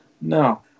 No